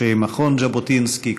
אנשי מכון ז'בוטינסקי,